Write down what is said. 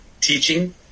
teaching